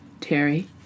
Terry